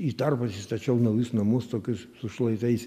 į tarpus įstačiau naujus namus tokius su šlaitais